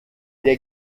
der